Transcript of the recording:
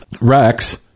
Rex